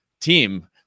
team